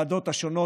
לוועדות השונות.